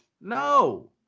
No